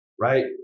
right